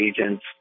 agents